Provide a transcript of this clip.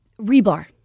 Rebar